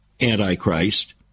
Antichrist